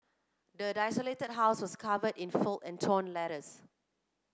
the desolated house was covered in filth and torn letters